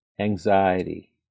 anxiety